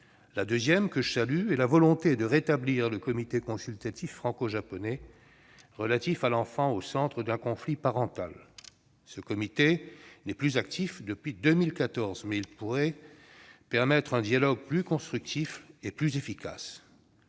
La deuxième suggestion est le rétablissement du comité consultatif franco-japonais relatif à l'enfant au centre d'un conflit parental. Ce comité n'est plus actif depuis 2014, mais il pourrait permettre un dialogue plus constructif et plus efficace.